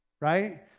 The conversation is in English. right